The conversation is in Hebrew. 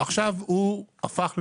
עכשיו הוא הפך לנצרך.